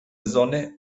sonne